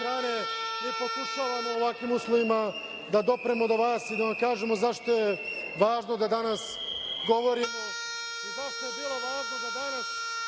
svi pokušavamo da u ovakvim uslovima dopremo do vas i da vam kažemo zašto je važno da danas govorimo i zašto je svima važno da danas